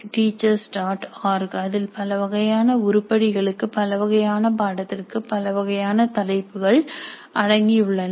org அதில் பல வகையான உருப்படி களுக்கு பலவகையான பாடத்திற்கு பலவகையான தலைப்புகள் அடங்கியுள்ளன